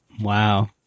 Wow